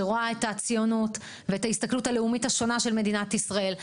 שרואה את הציונות ואת ההסתכלות הלאומית השונה של מדינת ישראל,